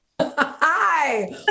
Hi